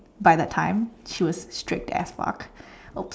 by that time she was strict as fuck !oops!